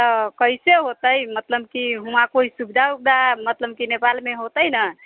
हँ कैसे होतै मतलब कि हुआँ कोइ सुविधा उविधा मतलब कि नेपालमे होतै ना